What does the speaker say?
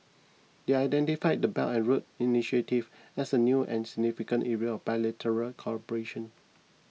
they identified the Belt and Road initiative as a new and significant area bilateral cooperation